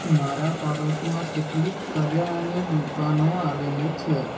મારા પાડોશમાં કેટલી કરિયાણાની દુકાનો આવેલી છે